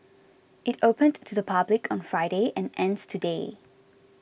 it opened to the public on Friday and ends today